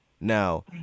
Now